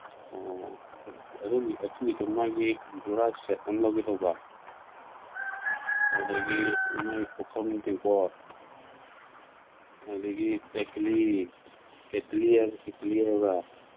ꯑꯣ ꯑꯗꯨꯒꯤꯗꯣ ꯃꯥꯒꯤ ꯖꯨꯔꯥ ꯁꯦꯠ ꯑꯃ ꯂꯧꯒꯦ ꯇꯧꯕ ꯑꯗꯒꯤ ꯃꯥꯏ ꯄꯨꯈꯝ ꯇꯦꯡꯀꯣꯠ ꯑꯗꯒꯤ ꯇꯦꯀꯂꯤ ꯀꯦꯇꯂꯤ ꯍꯥꯏꯕ꯭ꯔꯥ ꯇꯦꯀꯂꯤ ꯍꯥꯏꯕ꯭ꯔꯥ